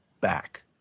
back